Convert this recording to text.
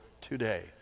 today